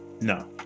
No